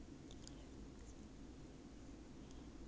orh 不管我屁事我搬出去 bo wa ye dai ji liao